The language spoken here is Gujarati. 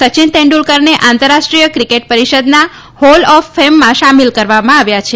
સચિન તેંડુલકરને આંતરરાષ્ટ્રીય ક્રિકેટ પરિષદના હોલ ઓફ ફેમમાં સામેલ કરવામાં આવ્યા છે